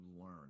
learn